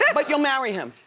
yeah but you'll marry him?